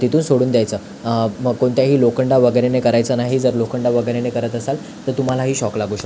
तिथून सोडून द्यायचं मग कोणत्याही लोखंड वगैरेने करायचं नाही जर लोखंड वगैरेनं करत असाल तर तुम्हालाही शॉक लागू शकतो